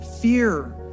fear